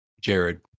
Jared